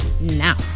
now